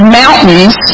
mountains